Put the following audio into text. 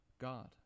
God